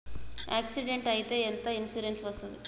Accident అయితే ఎంత insurance వస్తది?